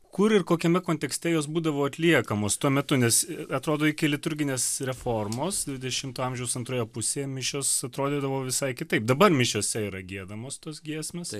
kur ir kokiame kontekste jos būdavo atliekamos tuo metu nes atrodo iki liturginės reformos dvidešimto amžiaus antroje pusėje mišios atrodydavo visai kitaip dabar mišiose yra giedamos tos giesmės